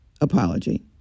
apology